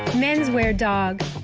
menswear dog.